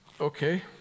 Okay